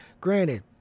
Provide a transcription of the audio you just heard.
granted